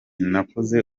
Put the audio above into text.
nakoze